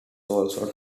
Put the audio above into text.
also